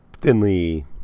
thinly